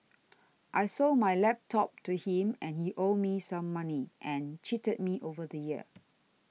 I sold my laptop to him and he owed me some money and cheated me over the year